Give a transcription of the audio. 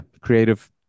creative